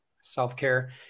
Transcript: self-care